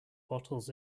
bottles